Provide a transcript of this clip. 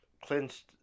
clinched